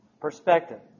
perspective